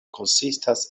konsistas